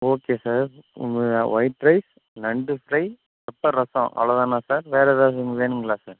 okay sir white rice நண்டு fry pepper rasam அவ்வளோ தானா சார் வேறு எதாவது வேணுங்களா சார்